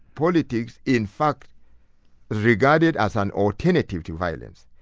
politics in fact is regarded as an alternative to violence,